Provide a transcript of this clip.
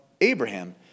Abraham